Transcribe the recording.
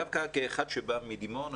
דווקא כמי שבא מדימונה,